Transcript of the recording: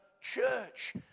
church